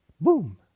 Boom